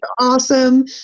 awesome